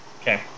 Okay